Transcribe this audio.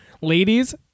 Ladies